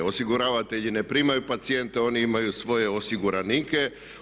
Osiguravatelji ne primaju pacijente, oni imaju svoje osiguranike.